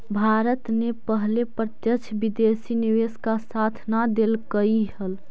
भारत ने पहले प्रत्यक्ष विदेशी निवेश का साथ न देलकइ हल